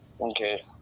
Okay